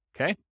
Okay